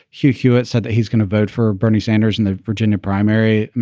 hugh hewitt said that he's going to vote for bernie sanders in the virginia primary.